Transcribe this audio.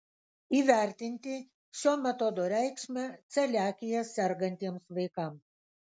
įvertinti šio metodo reikšmę celiakija sergantiems vaikams